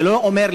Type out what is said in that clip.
זה לא אומר,